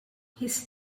his